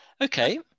Okay